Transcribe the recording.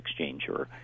exchanger